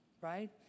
right